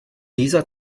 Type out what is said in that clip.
dieser